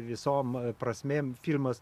visom prasmėm firmas